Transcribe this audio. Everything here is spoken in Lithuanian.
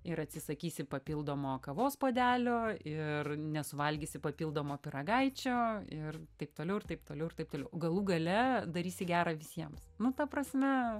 ir atsisakysi papildomo kavos puodelio ir nesuvalgysi papildomo pyragaičio ir taip toliau ir taip toliau ir taip toliau galų gale darysi gera visiems nu ta prasme